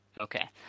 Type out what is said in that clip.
okay